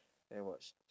and watch